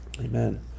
Amen